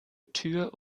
tür